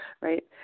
right